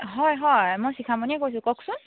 হয় হয় মই শিখামণিয়ে কৈছোঁ কওকচোন